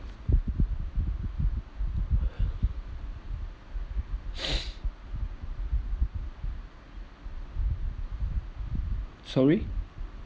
sorry